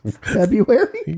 February